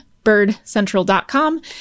birdcentral.com